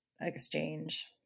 exchange